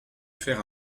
faire